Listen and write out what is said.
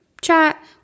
chat